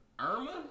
Irma